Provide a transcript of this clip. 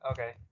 Okay